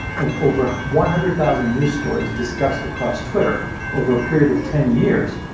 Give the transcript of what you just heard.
of over one hundred thousand news stories discussed across twitter over a period of ten years,